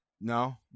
No